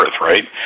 right